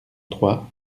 trois